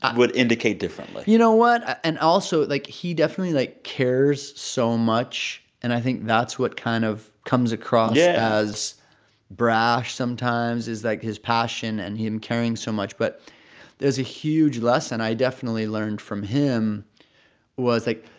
would indicate differently you know what? and also, like, he definitely, like, cares so much. and i think that's what kind of comes across yeah as brash sometimes is, like, his passion and him caring so much. but there's a huge lesson i definitely learned from him was, like,